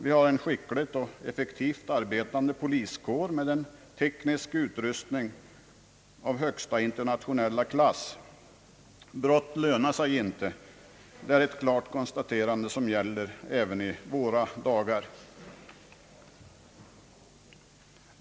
Vi har en skickligt och effektivt arbetande poliskår med en teknisk utrustning av högsta internationella klass. Brott lönar sig inte — det är ett klart konstaterande, som gäller även i våra dagar.